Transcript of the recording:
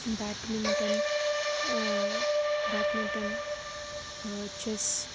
badminton badminton chess